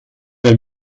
der